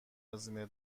هزینه